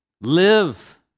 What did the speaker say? Live